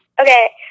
Okay